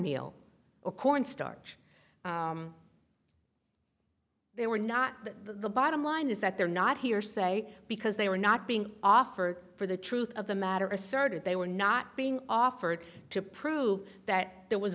meal or corn starch they were not the bottom line is that they're not hearsay because they were not being offered for the truth of the matter asserted they were not being offered to prove that there was